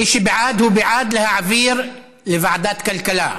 מי שבעד הוא בעד להעביר לוועדת הכלכלה.